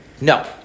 No